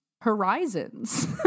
horizons